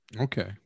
Okay